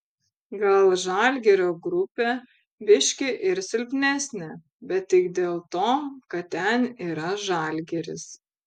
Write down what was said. gal žalgirio grupė biški ir silpnesnė bet tik dėl to kad ten yra žalgiris